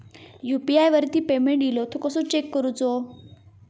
UPI वरती payment इलो तो कसो चेक करुचो?